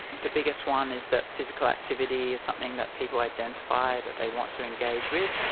the biggest one is that physical activity is something that people identify that they want to engage with,